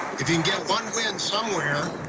if he can get one win somewhere,